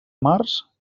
març